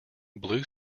blue